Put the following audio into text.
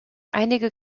einige